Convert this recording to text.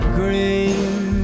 green